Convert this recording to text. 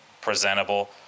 presentable